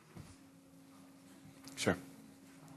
בבקשה.